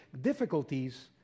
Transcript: difficulties